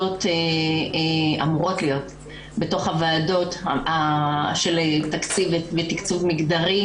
אמורות להיות בתוך הוועדות של תקציב ותקצוב מגדרי,